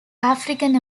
african